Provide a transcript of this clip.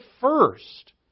first